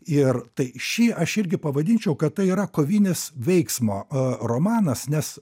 ir tai šį aš irgi pavadinčiau kad tai yra kovinis veiksmo romanas nes